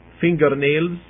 fingernails